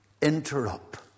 interrupt